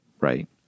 right